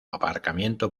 aparcamiento